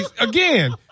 again